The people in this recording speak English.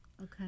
Okay